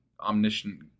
omniscient